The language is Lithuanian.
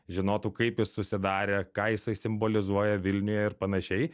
žinotų kaip jis susidarė ką jisai simbolizuoja vilniuje ir panašiai